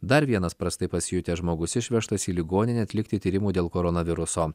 dar vienas prastai pasijutęs žmogus išvežtas į ligoninę atlikti tyrimų dėl koronaviruso